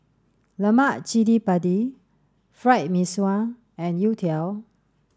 Lemak Cili Padi Fried Mee Sua and Youtiao